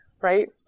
right